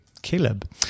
Caleb